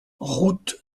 route